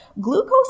Glucose